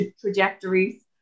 trajectories